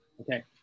Okay